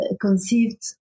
conceived